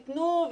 תיתנו,